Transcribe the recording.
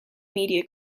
media